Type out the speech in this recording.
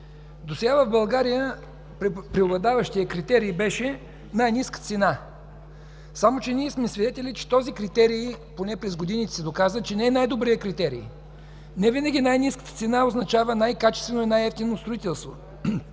Досега в България преобладаващият критерий беше най-ниска цена. Само че ние сме свидетели, че този критерий, поне през годините се доказа, не е най-добрият критерий. Невинаги най-ниската цена означава най-качествено и най-евтино строителство.